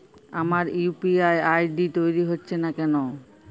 আমার UPI ID তৈরি হচ্ছে না কেনো?